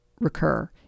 recur